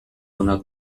onak